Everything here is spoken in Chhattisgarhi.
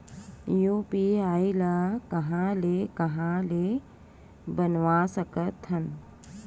यू.पी.आई ल कहां ले कहां ले बनवा सकत हन?